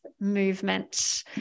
movement